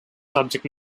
subject